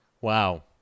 Wow